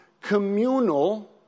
communal